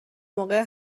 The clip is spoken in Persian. موقع